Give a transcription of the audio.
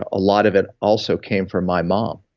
a lot of it also came from my mom,